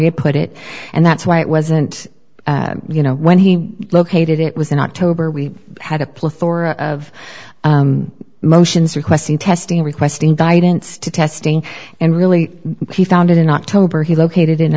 had put it and that's why it wasn't you know when he located it was in october we had a plethora of motions requesting testing requesting guidance to testing and really he founded in october he located in